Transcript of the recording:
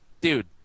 dude